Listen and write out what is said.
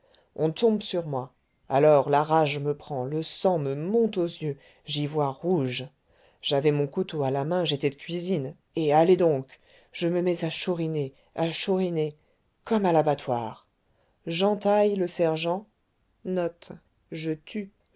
on tombe sur moi alors la rage me prend le sang me monte aux yeux j'y vois rouge j'avais mon couteau à la main j'étais de cuisine et allez donc je me mets à chouriner à chouriner comme à l'abattoir j'entaille le sergent